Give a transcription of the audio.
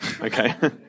Okay